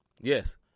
Yes